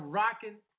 rocking